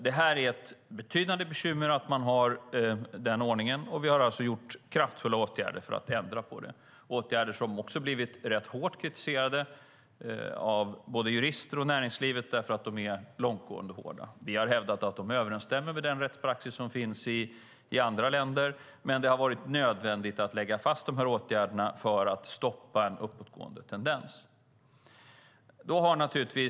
Denna ordning är ett betydande bekymmer, och vi har alltså vidtagit kraftfulla åtgärder för att ändra på den. Dessa åtgärder har blivit rätt hårt kritiserade av både jurister och näringsliv därför att de är långtgående och hårda. Vi har hävdat att de överensstämmer med den rättspraxis som finns i andra länder, men det har varit nödvändigt att lägga fast de här åtgärderna för att stoppa en uppåtgående tendens.